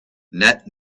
net